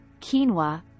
quinoa